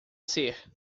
ser